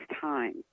time